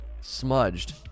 smudged